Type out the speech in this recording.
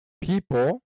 people